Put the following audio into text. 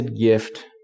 gift